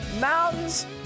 mountains